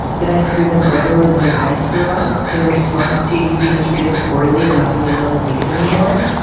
did i screw them over and did i screw up in response to you being treated poorly and not being able to take it anymore